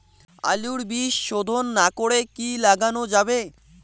আলুর বীজ শোধন না করে কি লাগানো যাবে?